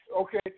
Okay